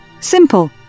Simple